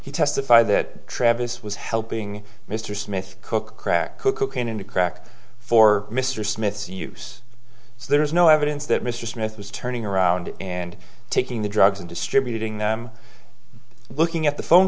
he testified that travis was helping mr smith cook crack cocaine into crack for mr smith's use so there is no evidence that mr smith was turning around and taking the drugs and distributing them looking at the phone